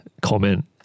comment